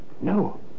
No